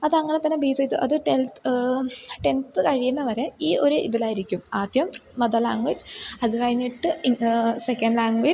അതങ്ങനെത്തന്നെ base ചെയ്തു അത് ടെൽത്ത് ടെൻത്ത് കഴിയുന്നവരെ ഈ ഒരു ഇതിലായിരിക്കും ആദ്യം മദർ ലാംഗ്വേജ് അതു കഴിഞ്ഞിട്ട് സെക്കൻ്റ് ലാംഗ്വേജ്